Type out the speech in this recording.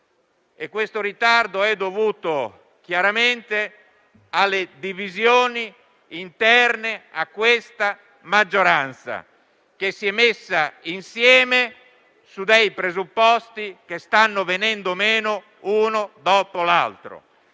nostri lavori, dovuto chiaramente alle divisioni interne a questa maggioranza che si è messa insieme su presupposti che stanno venendo meno uno dopo l'altro.